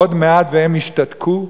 עוד מעט, והם ישתתקו.